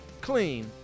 clean